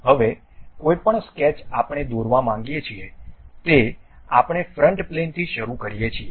હવે કોઈપણ સ્કેચ આપણે દોરવા માંગીએ છીએ તે આપણે ફ્રન્ટ પ્લેનથી શરૂ કરીએ છીએ